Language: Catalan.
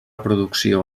producció